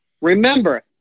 remember